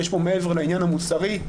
יש